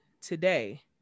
today